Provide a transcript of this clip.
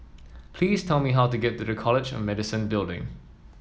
please tell me how to get to College of Medicine Building